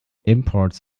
imports